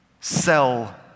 Sell